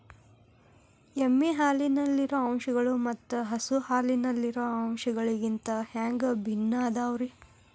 ಎಮ್ಮೆ ಹಾಲಿನಲ್ಲಿರೋ ಅಂಶಗಳು ಮತ್ತ ಹಸು ಹಾಲಿನಲ್ಲಿರೋ ಅಂಶಗಳಿಗಿಂತ ಹ್ಯಾಂಗ ಭಿನ್ನ ಅದಾವ್ರಿ?